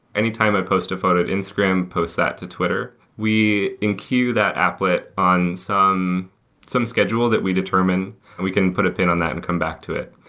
anytime i post a photo in instagram, post that to twitter. we in-queue that applet on some some schedule that we determine, and we can put a pin on that and come back to it.